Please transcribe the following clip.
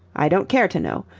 i don't care to know.